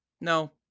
No